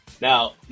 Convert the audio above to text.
now